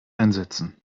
einsetzen